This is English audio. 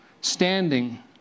standing